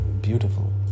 beautiful